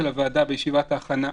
הוועדה בישיבת ההכנה.